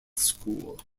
school